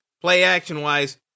play-action-wise